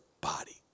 body